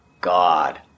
God